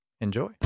Enjoy